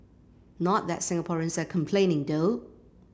not that Singaporeans are complaining though